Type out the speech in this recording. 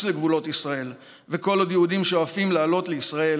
לגבולות ישראל וכל עוד יהודים שואפים לעלות לישראל,